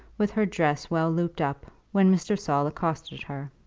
with her dress well looped up, when mr. saul accosted her.